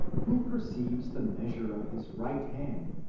who perceives the measure of his right hand?